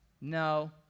no